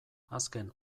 azken